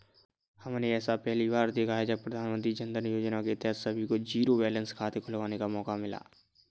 हमने ऐसा पहली बार देखा है जब प्रधानमन्त्री जनधन योजना के तहत सभी को जीरो बैलेंस खाते खुलवाने का मौका मिला